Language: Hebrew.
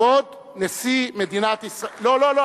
כבוד נשיא מדינת, לא, לא.